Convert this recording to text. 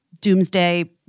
doomsday